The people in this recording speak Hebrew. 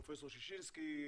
פרופ' ששינסקי,